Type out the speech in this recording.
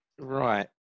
Right